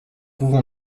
pouvons